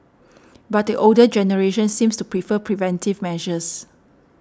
but the older generation seems to prefer preventive measures